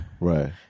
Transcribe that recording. Right